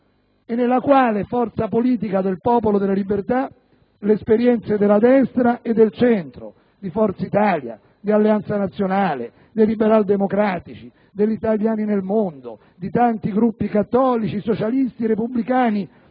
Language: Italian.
con grande forza e nella quale le esperienze della destra e del centro, di Forza Italia, di Alleanza Nazionale, dei Liberaldemocratici, degli Italiani nel mondo, di tanti Gruppi cattolici e socialisti e repubblicani